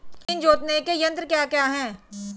जमीन जोतने के यंत्र क्या क्या हैं?